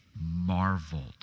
marveled